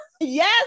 Yes